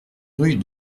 rue